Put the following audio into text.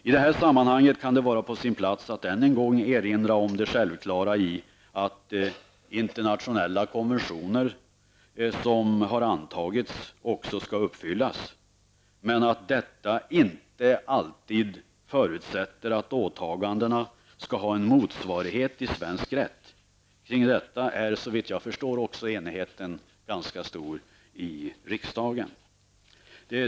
I detta sammanhang kan det vara på sin plats att än en gång erinra om det självklara i att internationella konventioner som antagits också skall uppfyllas, men att detta inte alltid förutsätter att åtagandena skall ha en motsvarighet i svensk rätt. Kring detta är, såvitt jag förstår, också enigheten ganska stor i riksdagen.